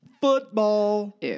Football